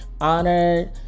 honored